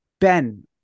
Ben